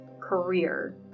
career